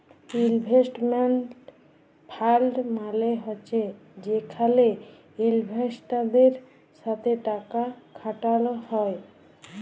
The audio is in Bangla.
ইলভেস্টমেল্ট ফাল্ড মালে হছে যেখালে ইলভেস্টারদের সাথে টাকা খাটাল হ্যয়